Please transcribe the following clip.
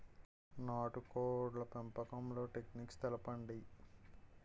నాటుకోడ్ల పెంపకంలో టెక్నిక్స్ తెలుపండి?